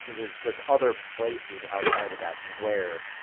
yeah there's there's other places outside of that square